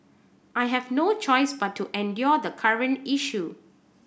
I have no choice but to endure the current issue